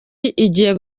igiye